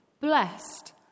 blessed